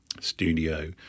studio